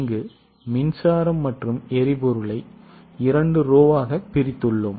இங்கு மின்சாரம் மற்றும் எரிபொருளை இரண்டு வரிசைகள் ஆக பிரித்துள்ளோம்